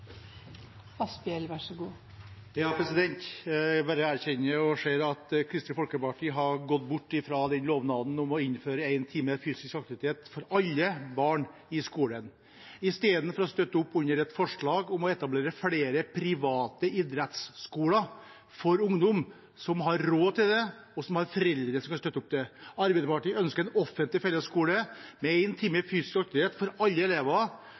Asphjell har hatt ordet to ganger tidligere og får ordet til en kort merknad, begrenset til 1 minutt. Jeg erkjenner og ser at Kristelig Folkeparti har gått bort fra lovnaden om å innføre én time fysisk aktivitet for alle barn i skolen – i stedet for å støtte opp under et forslag om å etablere flere private idrettsskoler for ungdom, som har råd til det, og som har foreldre som kan støtte opp under det. Arbeiderpartiet ønsker en offentlig fellesskole med